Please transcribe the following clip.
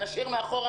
נשאיר מאחורה,